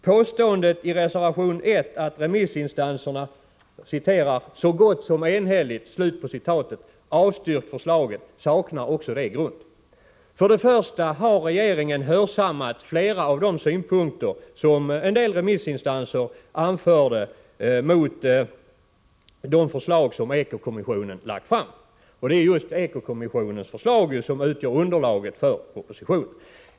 Påståendet i reservation 1 att remissinstanserna ”så gott som enhälligt” avstyrkt förslaget saknar grund. Till att börja med har regeringen hörsammat flera av de synpunkter som flera remissinstanser anförde med anledning av Eko-kommissionens förslag, vilket utgör underlaget för propositionen.